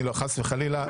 חס וחלילה,